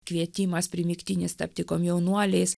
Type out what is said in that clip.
kvietimas primygtinis tapti komjaunuoliais